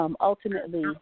Ultimately